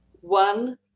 one